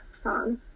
song